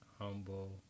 humble